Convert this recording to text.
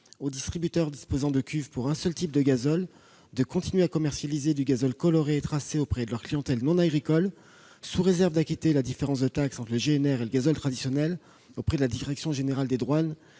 aux distributeurs disposant de cuves pour un seul type de gazole de continuer, pendant six mois, à commercialiser du gazole coloré et tracé auprès de leur clientèle non agricole, sous réserve d'acquitter la différence de taxe entre le GNR et le gazole traditionnel auprès de la direction générale des douanes